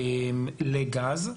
לגז.